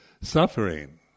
Suffering